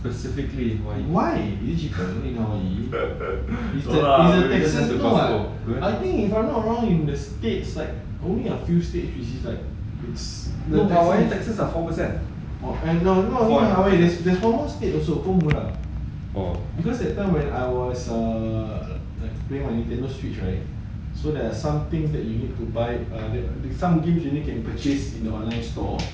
why is it cheaper in hawaii I think if I'm not wrong in the states only a few state is like no no not hawaii there's some states also pun murah because that time when I was err playing my nintendo street right so there are some things that you need to buy there are some games you need to purchase in online store so